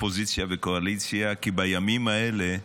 אופוזיציה וקואליציה, כי בימים האלה,